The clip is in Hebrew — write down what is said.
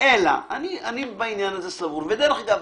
אלא בעניין הזה אני סבור דרך אגב,